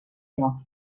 lloc